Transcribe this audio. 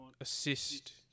assist